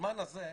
בזמן הזה,